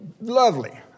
Lovely